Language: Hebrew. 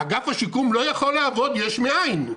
אגף השיקום לא יכול לעבוד יש מאין.